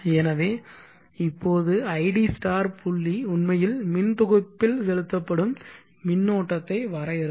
எனவே இப்போது id புள்ளி உண்மையில் மின் தொகுப்பில் செலுத்தப்படும் மின்னோட்டத்தை வரையறுக்கும்